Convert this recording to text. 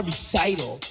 Recital